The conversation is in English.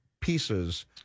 pieces